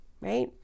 right